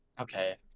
Okay